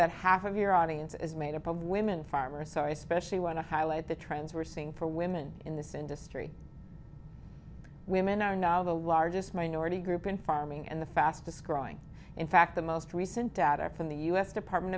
that half of your audience is made up of women farmers so i specially want to highlight the trends we're seeing for women in this industry women are now the largest minority group in farming and the fastest growing in fact the most recent data from the u s department